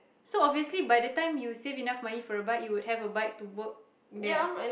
so obviously by the time you save enough money for a bike you would have a bike to work there